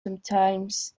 sometimes